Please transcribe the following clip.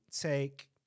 take